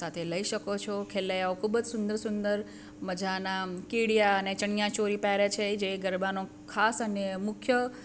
સાથે લઈ શકો છો ખેલૈયાઓ ખૂબ જ સુંદર સુંદર મજાનાં કેડિયા અને ચણિયા ચોરી પહેરે છે એ જે ગરબાનો ખાસ અને મુખ્ય